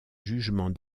jugement